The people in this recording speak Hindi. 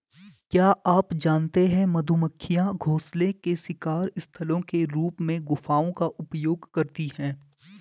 क्या आप जानते है मधुमक्खियां घोंसले के शिकार स्थलों के रूप में गुफाओं का उपयोग करती है?